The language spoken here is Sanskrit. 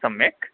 सम्यक्